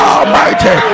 Almighty